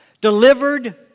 delivered